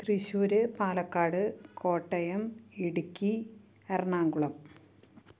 Thrissur Palakkad Kottayam Idukki Ernakulam